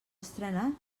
estrena